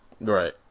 right